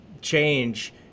change